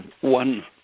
one